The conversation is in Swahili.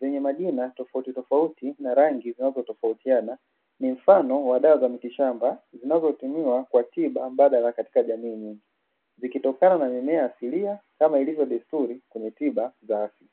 zenye majina tofautitofauti na rangi zinazotofautiana. Ni mfano wa dawa za mitishamba zinazotumiwa kwa tiba mbadala katika jamii nyingi. Zikitokana na mimea asilia kama ilivyo desturi kwenye tiba za asili.